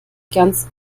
ganz